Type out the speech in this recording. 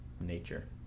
nature